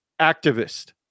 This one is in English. activist